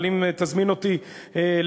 אבל אם תזמין אותי לשיחה,